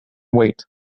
wait